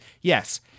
Yes